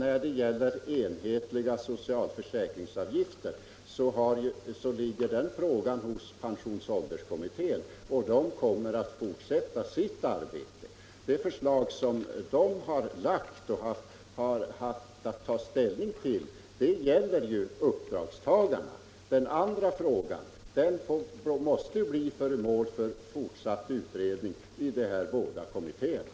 Frågan om enhetliga socialförsäkringsavgifter ligger hos pensionsålderskommittén, och den kommer att fortsätta sitt arbete. Det förslag som kommittén har haft att ta ställning till gäller uppdragstagarna. Den andra frågan kommer att bli föremål för fortsatt utredning i de båda kommittéerna.